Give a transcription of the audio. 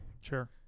Sure